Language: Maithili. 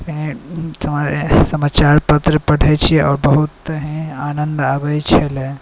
समाचार पत्र पढ़ै छिए आओर बहुत आनन्द आबै छलै